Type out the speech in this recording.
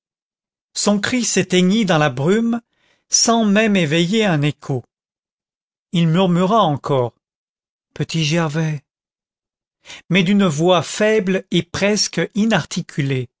son cri s'éteignit dans la brume sans même éveiller un écho il murmura encore petit gervais mais d'une voix faible et presque